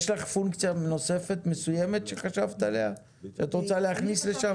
יש לך פונקציה נוספת מסוימת שחשבת עליה שאת רוצה להכניס לשם?